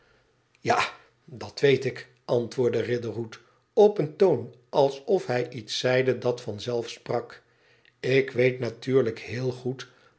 ja dat weet ik antwoordde riderhood op een toon alsof hij iets zeide dat van zelf sprak ik weet natuurlijk heel goed